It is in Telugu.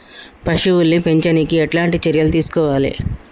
పశువుల్ని పెంచనీకి ఎట్లాంటి చర్యలు తీసుకోవాలే?